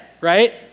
right